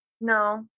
No